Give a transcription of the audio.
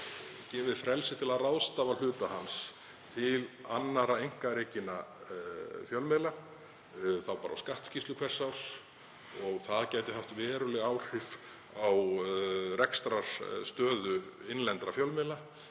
gefið frelsi til að ráðstafa hluta hans til annarra einkarekinna fjölmiðla, þá bara á skattskýrslu hvers árs. Það gæti haft veruleg áhrif á rekstrarstöðu innlendra fjölmiðla,